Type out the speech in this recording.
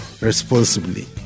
responsibly